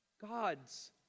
God's